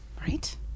Right